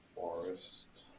Forest